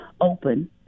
open